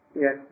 Yes